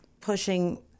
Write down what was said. pushing